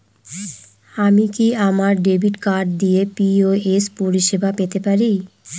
আমি কি আমার ডেবিট কার্ড দিয়ে পি.ও.এস পরিষেবা পেতে পারি?